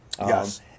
Yes